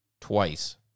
twice